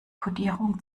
kodierung